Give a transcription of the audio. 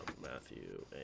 Matthew